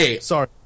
Sorry